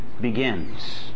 begins